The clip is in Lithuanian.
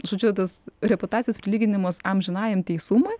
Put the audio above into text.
žodžiu tas reputacijos prilyginimas amžinajam teisumui